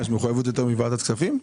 יש מחויבות יותר מוועדת כספים?